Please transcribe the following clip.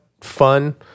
fun